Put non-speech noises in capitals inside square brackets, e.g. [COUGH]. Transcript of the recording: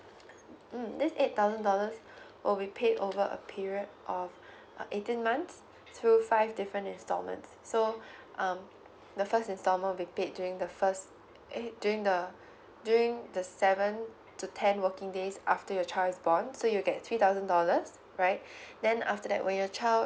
mm this eight thousand dollars will be paid over a period of uh eighteen months through five different instalments so [BREATH] um the first instalment will be paid during the first eh during the during the seven to ten working days after your child is born so you'll get three thousand dollars right [BREATH] then after that when your child